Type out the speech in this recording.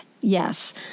Yes